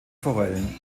forellen